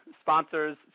sponsors